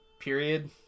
period